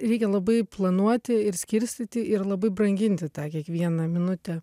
reikia labai planuoti ir skirstyti ir labai branginti tą kiekvieną minutę